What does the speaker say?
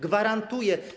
Gwarantuję.